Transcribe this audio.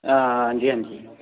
हांजी आंजी